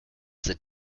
that